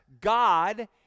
God